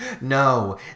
no